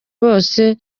bose